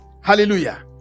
Hallelujah